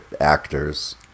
actors